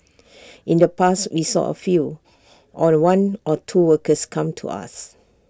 in the past we saw A few or one or two workers come to us